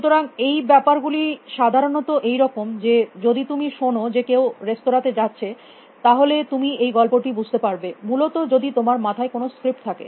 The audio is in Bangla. সুতরাং এই ব্যাপার গুলি সাধারণত এই রকম যে যদি তুমি শোনো যে কেউ রেঁস্তরা তে যাচ্ছে তাহলে তুমি এই গল্পটি বুঝতে পারবে মূলত যদি তোমার মাথায় কোনো স্ক্রিপ্ট থাকে